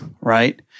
right